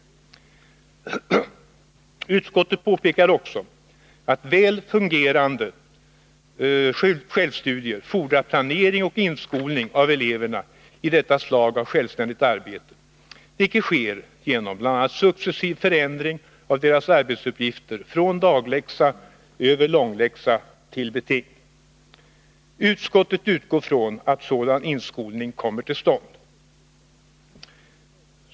Utskottet påpekar också att väl fungerande självstudier fordrar planering och inskolning av eleverna i detta slag av självständigt arbete, vilket sker genom bl.a. successiv förändring av deras arbetsuppgifter från dagläxa över långläxa till beting. Utskottet utgår från att sådan inskolning kommer till stånd.